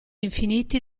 infiniti